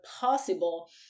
possible